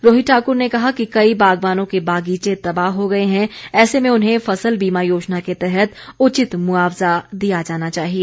रोहित ठाकुर ने कहा कि कई बागवानों के बागीचे तबाह हो गए हैं ऐसे में उन्हें फसल बीमा योजना के तहत उचित मुआवजा दिया जाना चाहिए